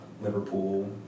liverpool